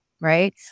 right